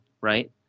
right